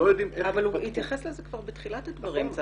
אבל הוא התייחס לזה בתחילת הדברים.